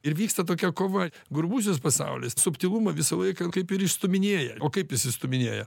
ir vyksta tokia kova grubusis pasaulis subtilumą visą laiką kaip ir išstūminėja o kaip jis išstūminėja